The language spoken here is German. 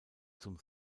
zum